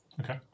Okay